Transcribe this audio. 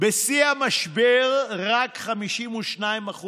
בשיא המשבר, רק 52%